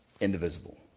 indivisible